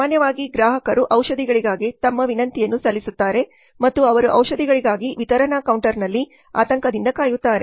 ಸಾಮಾನ್ಯವಾಗಿ ಗ್ರಾಹಕರು ಔಷಧಿಗಳಿಗಾಗಿ ತಮ್ಮ ವಿನಂತಿಯನ್ನು ಸಲ್ಲಿಸುತ್ತಾರೆ ಮತ್ತು ಅವರು ಔಷಧಿಗಳಿಗಾಗಿ ವಿತರಣಾ ಕೌಂಟರ್ನಲ್ಲಿ ಆತಂಕದಿಂದ ಕಾಯುತ್ತಾರೆ